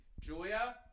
Julia